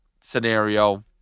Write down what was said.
scenario